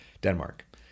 Denmark